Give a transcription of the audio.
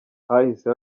hahise